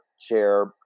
chair